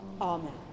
Amen